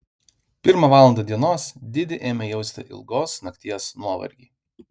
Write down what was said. pirmą valandą dienos didi ėmė jausti ilgos nakties nuovargį